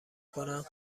کنم